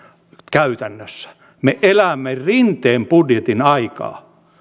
käytännössä me elämme rinteen budjetin aikaa